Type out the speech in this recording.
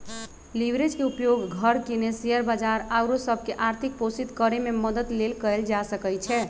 leverage के उपयोग घर किने, शेयर बजार आउरो सभ के आर्थिक पोषित करेमे मदद लेल कएल जा सकइ छै